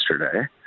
yesterday